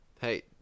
Hey